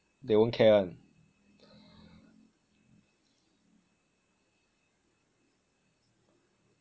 they won't care [one]